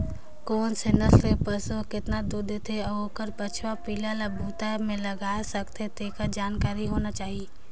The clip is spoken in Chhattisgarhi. कोन से नसल के पसु हर केतना दूद देथे अउ ओखर बछवा पिला ल बूता में लगाय सकथें, तेखर जानकारी होना चाही